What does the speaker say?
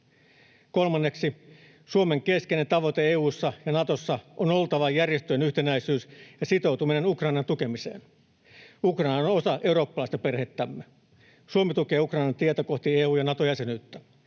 Kolmanneksi, Suomen keskeinen tavoite EU:ssa ja Natossa on oltava järjestöjen yhtenäisyys ja sitoutuminen Ukrainan tukemiseen. Ukraina on osa eurooppalaista perhettämme. Suomi tukee Ukrainan tietä kohti EU‑ ja Nato-jäsenyyttä.